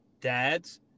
dads